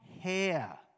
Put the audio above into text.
hair